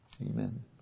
Amen